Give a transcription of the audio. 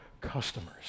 customers